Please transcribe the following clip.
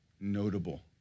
notable